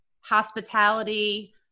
hospitality